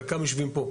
חלקם יושבים פה.